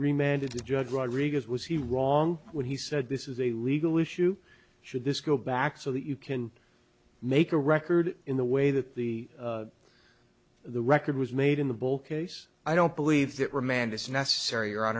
remanded to judge rodriguez was he wrong when he said this is a legal issue should this go back so that you can make a record in the way that the the record was made in the bull case i don't believe that remand is necessary or on